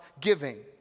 giving